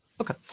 Okay